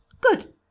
Good